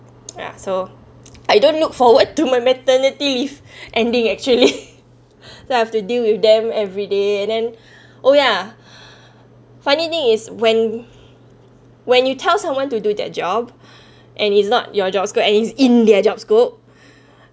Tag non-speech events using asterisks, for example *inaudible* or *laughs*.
ya so I don't look forward to my maternity leave *breath* ending actually *laughs* then I have to deal with them everyday and then *breath* oh yeah *breath* funny thing is when when you tell someone to do their job *breath* and it's not your job scope and in their job scope *breath*